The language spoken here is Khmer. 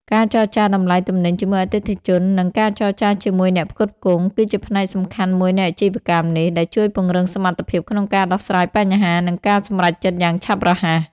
ការចរចាតម្លៃទំនិញជាមួយអតិថិជន និងការចរចាជាមួយអ្នកផ្គត់ផ្គង់ គឺជាផ្នែកសំខាន់មួយនៃអាជីវកម្មនេះ ដែលជួយពង្រឹងសមត្ថភាពក្នុងការដោះស្រាយបញ្ហា និងការសម្រេចចិត្តយ៉ាងឆាប់រហ័ស។